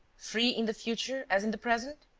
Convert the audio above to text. free in the future as in the present?